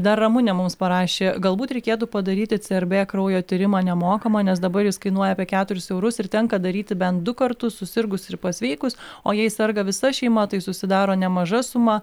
dar ramunė mums parašė galbūt reikėtų padaryti crb kraujo tyrimą nemokamą nes dabar jis kainuoja apie keturis eurus ir tenka daryti bent du kartus susirgus ir pasveikus o jei serga visa šeima tai susidaro nemaža suma